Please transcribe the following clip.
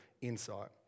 insight